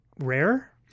rare